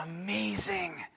amazing